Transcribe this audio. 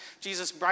Jesus